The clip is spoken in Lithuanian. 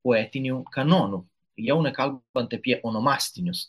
poetinių kanonų jau nekalbant apie onomastinius